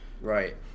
Right